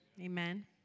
amen